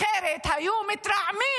אחרת היו מתרעמים